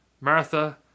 Martha